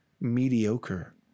mediocre